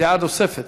דעה נוספת,